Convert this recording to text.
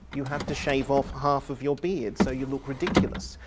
you have to shave off half of your beards so you look ridiculous.